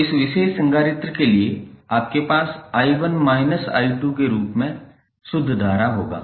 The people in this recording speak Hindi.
तो इस विशेष संधारित्र के लिए आपके पास I1 I2 के रूप में शुद्ध धारा होगा